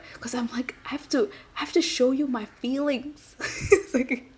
because I'm like I have to have to show you my feelings like